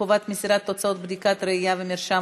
חובת מסירת תוצאות בדיקת ראייה ומרשם),